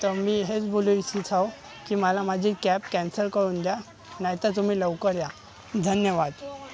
तर मी हेच बोलू इच्छित आहे की मला माझी कॅब कॅन्सल करून द्या नाही तर तुम्ही लवकर या धन्यवाद